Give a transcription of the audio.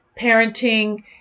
parenting